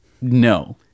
no